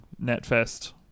NetFest